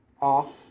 off